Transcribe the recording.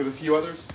ah few others?